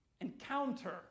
encounter